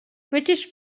british